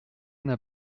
n’a